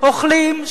אוכלים,